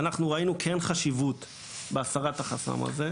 אנחנו כן ראינו חשיבות בהסרת החסם הזה.